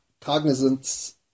cognizance